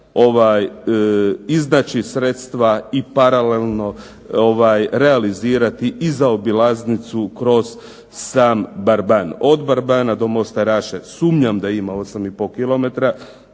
iznaći sredstva i paralelno realizirati i zaobilaznicu kroz sam Barban. Od Barbana do mosta Raša sumnjam da ima 8,5 km,